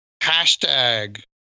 Hashtag